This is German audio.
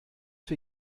für